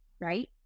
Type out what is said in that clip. right